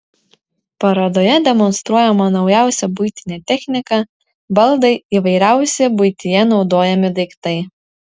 parodoje demonstruojama naujausia buitinė technika baldai įvairiausi buityje naudojami daiktai